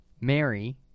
Mary